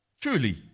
Truly